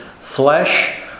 flesh